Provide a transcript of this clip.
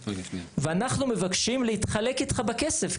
ואנחנו מבקשים להתחלק איתך בכסף.